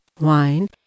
wine